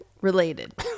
related